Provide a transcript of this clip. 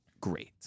great